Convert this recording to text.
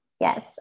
Yes